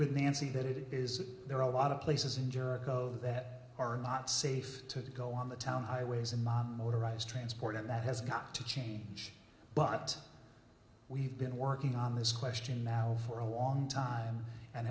with nancy that it is there are a lot of places in jericho that are not safe to go on the town highways and motorised transport and that has got to change but we've been working on this question now for a long time and